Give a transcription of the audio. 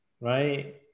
right